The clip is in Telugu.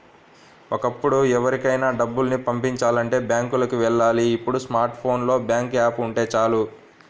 ఒకప్పుడు ఎవరికైనా డబ్బుని పంపిచాలంటే బ్యాంకులకి వెళ్ళాలి ఇప్పుడు స్మార్ట్ ఫోన్ లో బ్యాంకు యాప్ ఉంటే చాలు